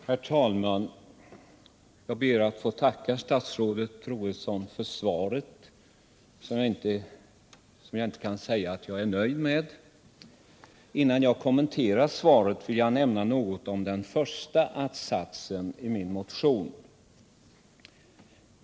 Herr talman! Jag ber att få tacka statsrådet Troedsson för svaret, som jag dock inte kan säga att jag är nöjd med. Innan jag kommenterar svaret vill jag nämna något om den första att-satsen i min motion 1976/77:1102.